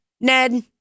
Ned